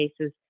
cases